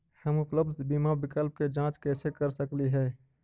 हम उपलब्ध बीमा विकल्प के जांच कैसे कर सकली हे?